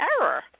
error